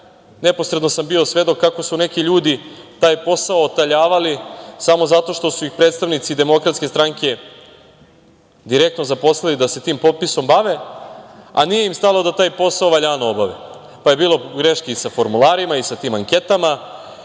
neposredno sam bio svedok kako su neki ljudi taj posao otaljavali samo zato što su ih predstavnici Demokratske stranke direktno zaposlili da se tim popisom bave, a nije im stalo da taj posao valjano obave, pa je bilo grešaka i sa formularima i sa tim anketama.